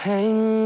Hang